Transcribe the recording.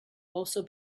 also